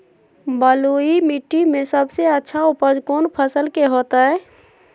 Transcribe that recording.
बलुई मिट्टी में सबसे अच्छा उपज कौन फसल के होतय?